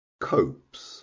Copes